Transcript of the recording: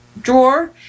drawer